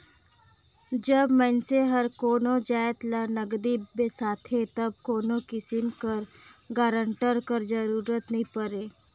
जब मइनसे हर कोनो जाएत ल नगदी बेसाथे तब कोनो किसिम कर गारंटर कर जरूरत नी परे